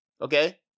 Okay